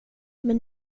men